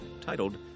titled